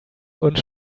und